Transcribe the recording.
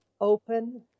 open